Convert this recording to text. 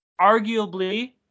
arguably